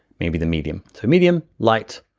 maybe the medium. so medium, light,